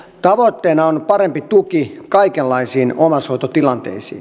tavoitteena on parempi tuki kaikenlaisiin omaishoitotilanteisiin